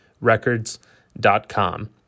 records.com